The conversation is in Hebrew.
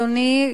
אדוני,